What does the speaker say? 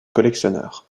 collectionneurs